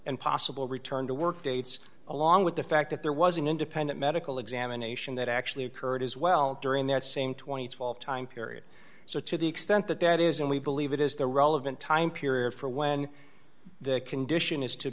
and possible return to work dates along with the fact that there was an independent medical examination that actually occurred as well during that same two thousand and twelve time period so to the extent that that is and we believe it is the relevant time period for when the condition is to